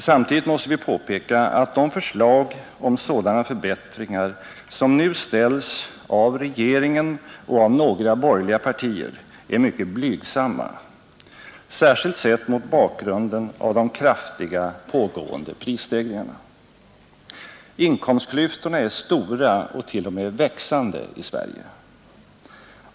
Samtidigt måste vi påpeka att de förslag om sådana förbättringar som nu ställs av regeringen och av några borgeliga partier är mycket blygsamma, särskilt sett mot bakgrunden av de kraftiga pågående prisstegringarna. Inkomstklyftorna är stora och t.o.m. växande i Sverige.